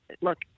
Look